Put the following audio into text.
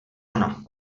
ona